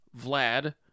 Vlad